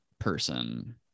Person